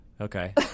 Okay